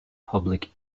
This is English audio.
public